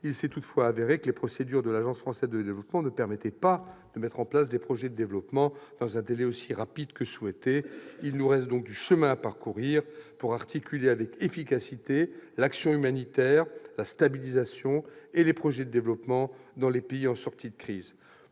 Il s'est toutefois avéré que les procédures de l'Agence française de développement ne permettaient pas de mettre en place des projets de développement dans un délai aussi rapide que souhaité. Il nous reste donc du chemin à parcourir pour articuler avec efficacité l'action humanitaire, la stabilisation et les projets de développement dans les pays en sortie de crise.